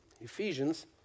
Ephesians